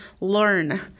learn